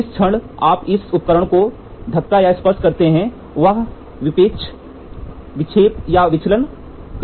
जिस क्षण आप एक उपकरण को धक्का या स्पर्श करते हैं वह विक्षेप या विचलन करने वाला होता है